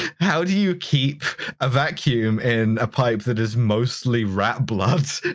how do you keep a vacuum in a pipe that is mostly rat blood,